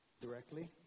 directly